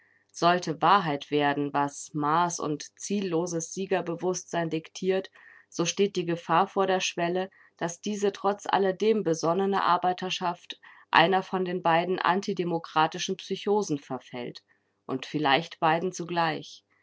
sollte wahrheit werden was maß und zielloses siegerbewußtsein diktiert so steht die gefahr vor der schwelle daß diese trotz alledem besonnene arbeiterschaft einer von den beiden antidemokratischen psychosen verfällt und vielleicht beiden zugleich